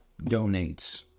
donates